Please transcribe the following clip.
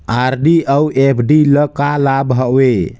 RD अऊ FD ल का लाभ हवे?